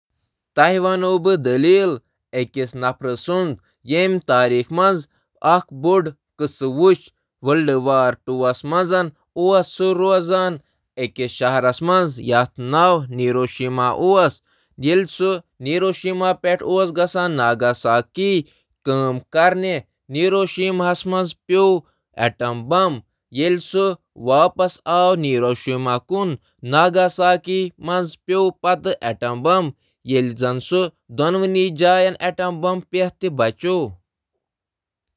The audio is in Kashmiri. بہٕ چھُس/چھَس یژھان أکِس کِردارَس مُتعلِق اکھ دٔلیٖل شیئرکرُن ییٚمۍ دوٚیمِس جنگہِ عظیمَس دوران أکِس یادگار تٲریٖخی واقعُک تجربہ یہٕ نفر اوس ناگاساکی منٛز روزان تہٕ تمہٕ وقتہٕ کوٚر ہیروشیما ہنٛد سفر تمہٕ وقتہٕ ییلہٕ ایٹم بم تتہٕ تراونہٕ آو۔ اَمہِ پتہٕ ناگاساکی واپس یِنہٕ پتہٕ وُچھ تٔمۍ بیٛاکھ ایٹم بم دھماکہٕ۔ قٲبلِ ذِکِر کَتھ چھِ یہِ زِ سُہ روٗد دۄشوٕنی مُقامَن پٮ۪ٹھ بےٚ